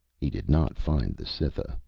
he did not find the cytha.